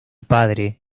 padre